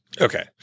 Okay